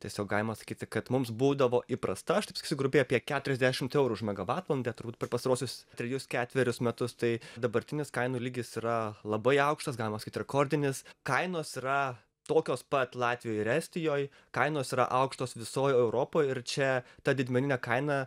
tiesiog galima sakyti kad mums būdavo įprasta aš taip pasakysiu grubiai apie keturiasdešimt eurų už megavatvalandę turbūt per pastaruosius trejus ketverius metus tai dabartinis kainų lygis yra labai aukštas galima sakyt rekordinis kainos yra tokios pat latvijoj ir estijoj kainos yra aukštos visoj europoj ir čia ta didmeninė kaina